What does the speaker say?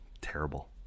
Terrible